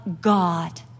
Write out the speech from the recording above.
God